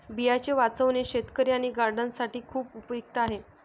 बियांचे वाचवणे शेतकरी आणि गार्डनर्स साठी खूप उपयुक्त आहे